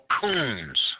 coons